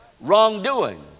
wrongdoing